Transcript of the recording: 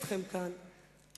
כנראה לחוץ,